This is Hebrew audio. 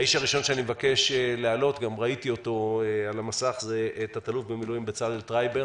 האיש הראשון שאני מבקש להעלות זה תא"ל בצלאל טרייבר